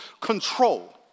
control